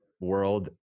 world